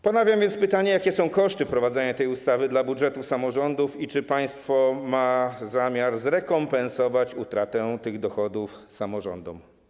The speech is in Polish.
Ponawiam więc pytanie: Jakie są koszty wprowadzenia tej ustawy dla budżetów samorządów i czy państwo ma zamiar zrekompensować utratę tych dochodów samorządom?